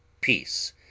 peace